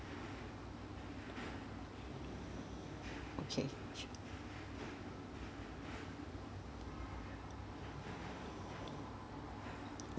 okay